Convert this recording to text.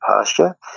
pasture